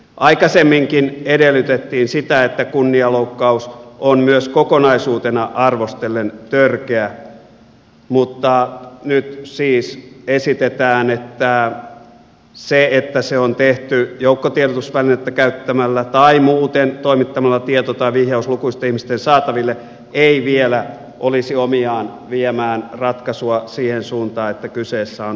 aikaisemminkin edellytettiin sitä että kunnianloukkaus on myös kokonaisuutena arvostellen törkeä mutta nyt siis esitetään että se että se on tehty joukkotiedotusvälinettä käyttämällä tai muuten toimittamalla tieto tai vihjaus lukuisten ihmisten saataville ei vielä olisi omiaan viemään ratkaisua siihen suuntaan että kyseessä on törkeä kunnianloukkaus